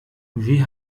wie